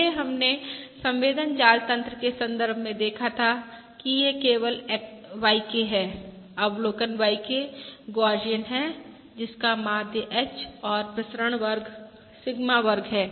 पहले हमने संवेदन जाल तन्त्र के संदर्भ में देखा था कि यह केवल YK है अवलोकन YK गौसियन है जिसका माध्य h और प्रसरण सिग्मा वर्ग है